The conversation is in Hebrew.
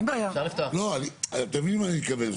אתם מבינים מה אני מתכוון?